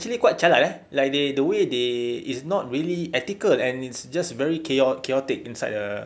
actually quite jialat eh like they the way they is not really ethical and it's just very chao~ chaotic inside the